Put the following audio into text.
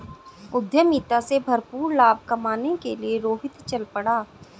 उद्यमिता से भरपूर लाभ कमाने के लिए रोहित चल पड़ा